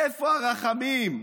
איפה הרחמים?